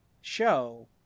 show